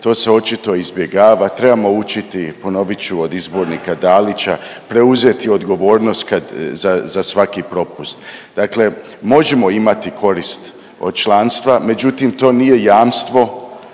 to se očito izbjegava, trebamo učiniti, ponovit ću, od izbornika Dalića, preuzeti odgovornost kad, za, za svaki propust. Dakle možemo imati korist od članstva, međutim to nije jamstvo